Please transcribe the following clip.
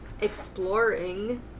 exploring